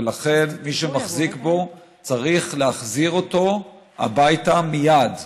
ולכן מי שמחזיק בו צריך להחזיר אותו הביתה מייד.